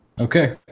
Okay